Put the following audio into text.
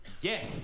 Yes